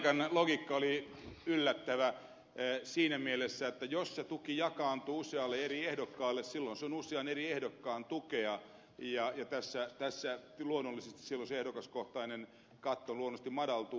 larikan logiikka oli yllättävä siinä mielessä että jos se tuki jakaantuu usealle eri ehdokkaalle silloin se on usean eri ehdokkaan tukea ja silloin tässä se ehdokaskohtainen katto luonnollisesti madaltuu